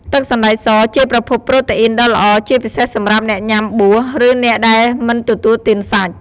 ទឹកសណ្តែកសជាប្រភពប្រូតេអុីនដ៏ល្អ ជាពិសេសសម្រាប់អ្នកញុំាបួស ឬអ្នកដែលមិនទទួលទានសាច់។